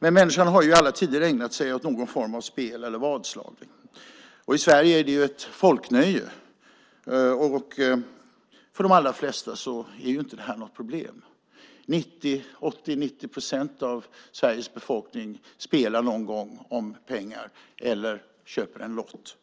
Men människan har i alla tider ägnat sig åt någon form av spel eller vadslagning. I Sverige är det ett folknöje. För de allra flesta är det inte ett problem. 80-90 procent av Sveriges befolkning spelar någon gång om pengar eller köper en lott.